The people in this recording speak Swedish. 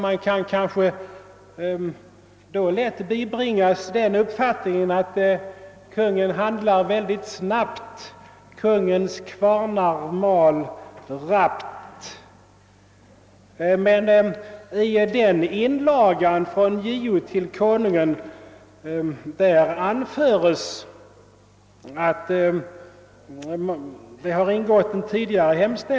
Man kan måhända då lätt bibringas den uppfattningen att Konungen handlar mycket snabbt och att Konungens kvarnar mal raskt, men i JO:s inlaga anföres att det har ingivits en liknande hemställan redan 1967.